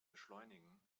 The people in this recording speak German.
beschleunigen